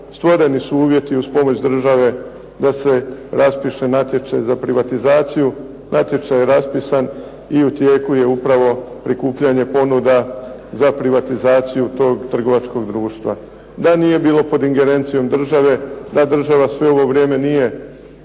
stvoreni su uvjeti uz pomoć države da se raspiše natječaj za privatizaciju, natječaj je raspisan i u tijeku je upravo prikupljanje ponuda za privatizaciju tog trgovačkog društva. Da nije bilo pod ingerencijom države, da država sve ovo vrijeme nije,